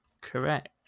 correct